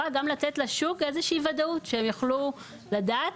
וגם לתת לשוק איזושהי וודאות כדי שהם יוכלו לדעת,